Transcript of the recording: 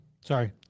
Sorry